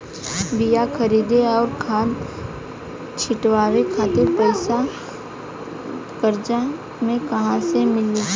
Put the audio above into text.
बीया खरीदे आउर खाद छिटवावे खातिर पईसा कर्जा मे कहाँसे मिली?